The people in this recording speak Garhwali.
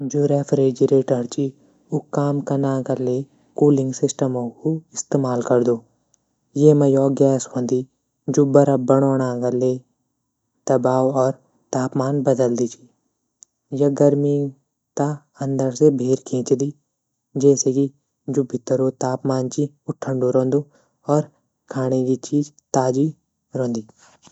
जू रेफ्रिजरेटर च ऊ काम कनो तै कूलिंग सिस्टम कू इस्तेमाल करदू। योमा एक गैस होंदी। जू बर्फ बणोणा ले दवाब और तापमान बदलदी च या गर्मी तै अंदर तै भैर खिंचदी। जैसे कि जू भितरो तापमान च ठंडू रैंदो। और खांणा की चीज ताजी रैंदी।